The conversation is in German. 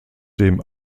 dem